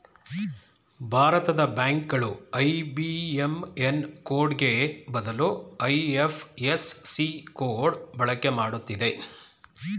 ಭಾರತದ ಬ್ಯಾಂಕ್ ಗಳು ಐ.ಬಿ.ಎಂ.ಎನ್ ಕೋಡ್ಗೆ ಬದಲು ಐ.ಎಫ್.ಎಸ್.ಸಿ ಕೋಡ್ ಬಳಕೆ ಮಾಡುತ್ತಿದೆ